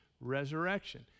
resurrection